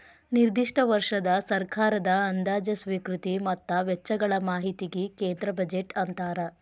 ನಿರ್ದಿಷ್ಟ ವರ್ಷದ ಸರ್ಕಾರದ ಅಂದಾಜ ಸ್ವೇಕೃತಿ ಮತ್ತ ವೆಚ್ಚಗಳ ಮಾಹಿತಿಗಿ ಕೇಂದ್ರ ಬಜೆಟ್ ಅಂತಾರ